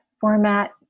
format